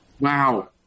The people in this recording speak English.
Wow